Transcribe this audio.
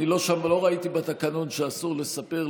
אני לא שם ולא ראיתי בתקנון שאסור לספר,